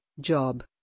Job